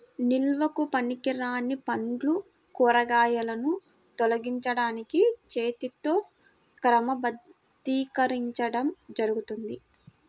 నిల్వకు పనికిరాని పండ్లు, కూరగాయలను తొలగించడానికి చేతితో క్రమబద్ధీకరించడం జరుగుతుంది